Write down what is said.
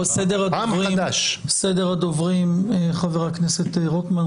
חבר הכנסת רוטמן,